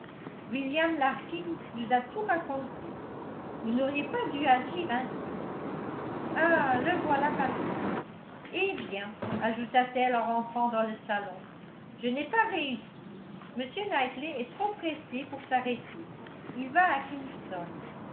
william larkins nous a tout raconté vous n'auriez pas dû agir ainsi ah le voilà parti eh bien ajouta-t-elle en rentrant dans le salon je n'ai pas réussi m knightley est trop pressé pour s'arrêter il va à kinston